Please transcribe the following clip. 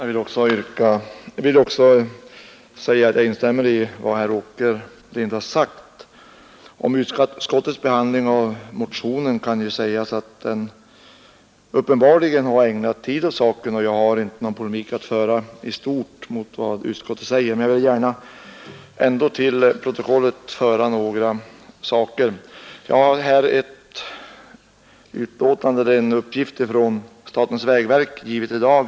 Herr talman! Också jag vill instämma i vad herr Åkerlind sade. Utskottet har uppenbarligen ägnat tid åt behandlingen av min motion, varför jag i stort inte vill föra någon polemik mot vad utskottet säger. Jag vill dock till protokollet säga några saker. Jag har här en uppgift från statens vägverk som kommit i dag.